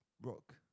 rock